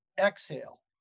exhale